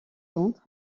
contre